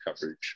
coverage